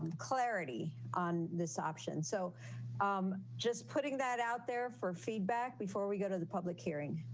and clarity on this option. so i'm just putting that out there for feedback before we go to the public hearing